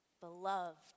beloved